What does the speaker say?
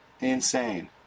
Insane